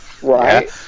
right